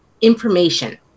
information